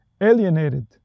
alienated